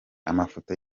amafoto